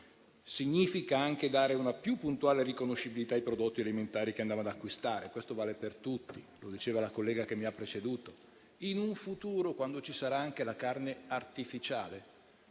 Significa anche dare una più puntuale riconoscibilità ai prodotti alimentari che andiamo ad acquistare. Questo vale per tutti, come diceva la collega che mi ha preceduto. In un futuro, quando ci sarà anche la carne artificiale,